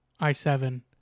i7